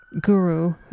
guru